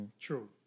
True